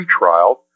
pretrial